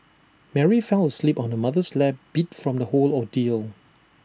Mary fell asleep on her mother's lap beat from the whole ordeal